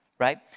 right